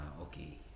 okay